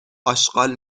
اشغال